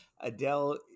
Adele